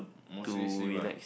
mostly sleep ah